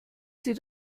sie